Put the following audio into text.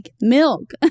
milk